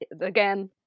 again